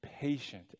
patient